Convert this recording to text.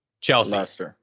Chelsea